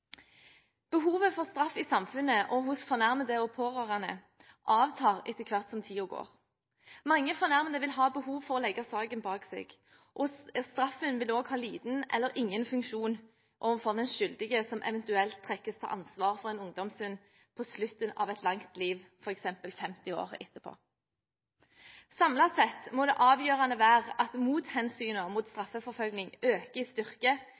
Behovet for straff i samfunnet og hos fornærmede og pårørende avtar etter hvert som tiden går. Mange fornærmede vil ha behov for å legge saken bak seg. Straffen vil også ha liten eller ingen funksjon overfor den skyldige som eventuelt stilles til ansvar for en ungdomssynd på slutten av et langt liv, f.eks. 50 år etterpå. Samlet sett må det avgjørende være at hensynene som taler imot straffeforfølgning, øker i styrke